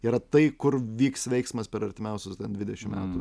yra tai kur vyks veiksmas per artimiausius dvidešimt metų